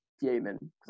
human